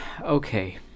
Okay